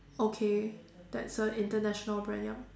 okay that's a international brand yup